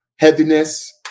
Heaviness